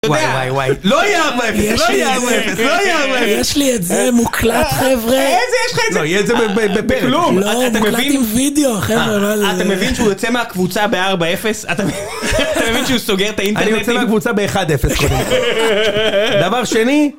וואי וואי וואי, לא יהיה 4-0, לא יהיה 4-0, לא יהיה 4-0. יש לי את זה, מוקלט חבר'ה. איזה, יש לך את זה? לא, יש לך את זה בכלום. לא, מוקלט עם וידאו, חבר'ה, לא, לא. אתה מבין שהוא יוצא מהקבוצה ב-4-0? אתה מבין שהוא סוגר את האינטרנט? אני יוצא מהקבוצה ב-1-0, קודם כל. דבר שני...